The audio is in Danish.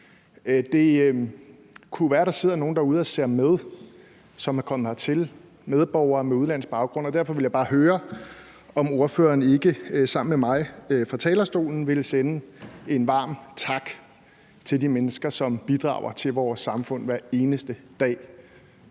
Det kunne jo være, at der sidder nogle derude og ser med, altså nogle medborgere med udenlandsk baggrund, som er kommet hertil. Så derfor vil jeg bare høre, om ordføreren ikke fra talerstolen og sammen med mig vil sende en varm tak til de mennesker, som bidrager til vores samfund hver eneste dag.